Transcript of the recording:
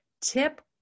Tip